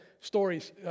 stories